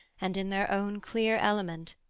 and in their own clear element,